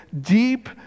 deep